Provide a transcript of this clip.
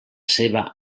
seva